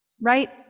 right